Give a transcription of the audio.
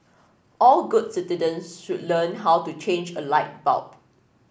all good citizens should learn how to change a light bulb